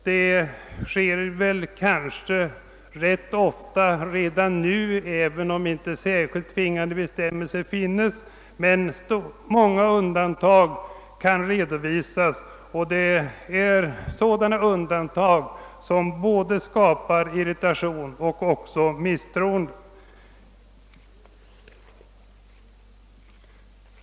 Detta är kanske rätt ofta fallet redan nu, även om inte några särskilt tvingande bestämmelser finns, men många undantag kan redovisas, och dessa skapar både irritation och misstroende.